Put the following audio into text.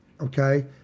Okay